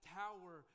tower